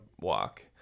walk